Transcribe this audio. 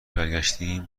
برگشتیم